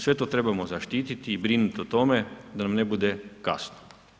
Sve to trebamo zaštititi i brinut o tome da nam ne bude kasno.